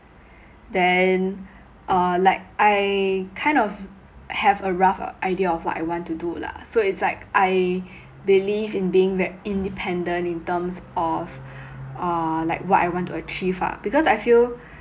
then uh like I kind of have a rough idea of what I want to do lah so it's like I believe in being ve~ independent in terms of uh like what I want to achieve ah because I feel